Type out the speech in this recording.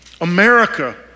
America